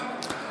השתכנענו.